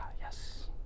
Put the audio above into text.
yes